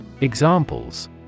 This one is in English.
Examples